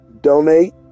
donate